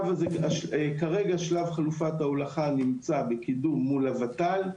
כרגע, שלב חלופת ההולכה נמצא בקידום מול הות"ל.